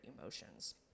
emotions